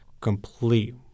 complete